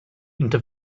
into